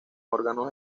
órganos